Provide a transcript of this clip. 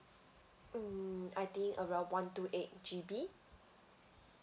mm I think around one two eight G_B